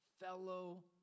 fellow